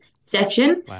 section